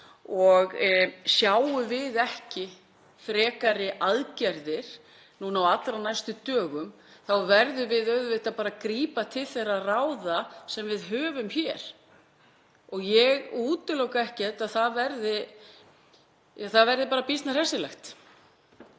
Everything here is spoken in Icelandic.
og sjáum við ekki frekari aðgerðir núna á allra næstu dögum verðum við auðvitað að grípa til þeirra ráða sem við höfum hér. Ég útiloka ekki að það verði bara býsna hressilegt.